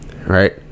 right